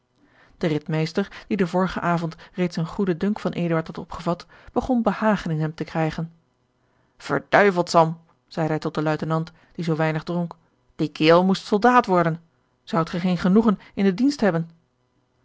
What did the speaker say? de ridmeester die den vorigen avond reeds een goeden dunk van eduard had opgevat begon behagen in hem te krijgen verduiveld sam zeide hij tot den luitenant die zoo weinig dronk die kerel moest soldaat worden zoudt ge geen genoegen in de dienst hebben